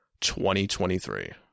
2023